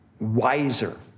wiser